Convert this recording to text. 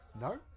No